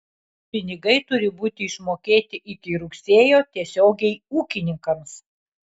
pinigai turi būti išmokėti iki rugsėjo tiesiogiai ūkininkams